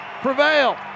prevail